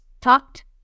talked